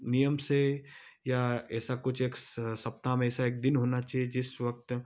नियम से या ऐसा कुछ एक सप्ताह में ऐसा एक दिन होना चाहिए जिस वक्त